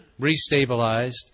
restabilized